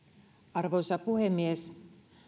arvoisa puhemies